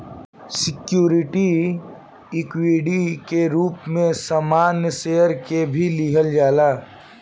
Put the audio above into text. security equity के रूप में सामान्य शेयर के भी लिहल जाला